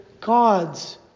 God's